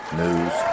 news